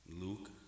Luke